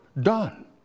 done